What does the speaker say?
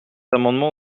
amendement